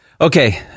Okay